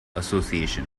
association